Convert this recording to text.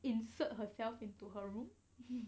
insert herself into her room